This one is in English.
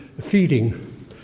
feeding